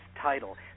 title